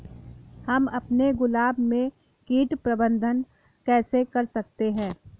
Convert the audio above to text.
हम अपने गुलाब में कीट प्रबंधन कैसे कर सकते है?